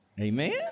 Amen